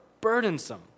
burdensome